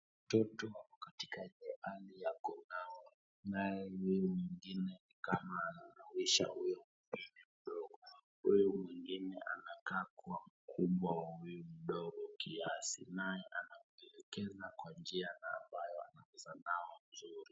Watoto wako katika ile hali ya kunawa, naye huyo mwingine nikama ananawisha huyo mwingine mdogo, huyu mwingine anakaa kuwa mkubwa wa huyu mwingine kiasi, naye anamwelekeza kwa njia ambayo anaweza nawa vizuri.